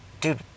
dude